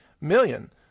million